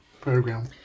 program